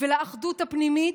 ולאחדות הפנימית,